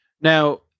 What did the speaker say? Now